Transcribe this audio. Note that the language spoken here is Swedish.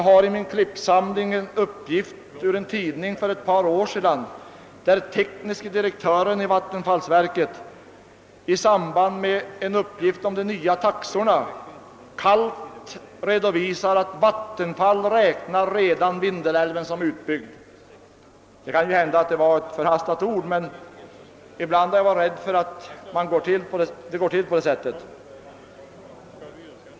I min klippsamling har jag en uppgift från en tidning för ett par år sedan, där tekniske direktören i vattenfallsverket i samband med en uppgift om de nya taxorna kallt redovisar att Vattenfall redan räknat Vindelälven som utbyggd. Det kan hända att det var ett förhastat ord, men ibland har jag varit rädd för att det går till på det sättet.